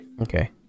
Okay